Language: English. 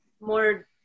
More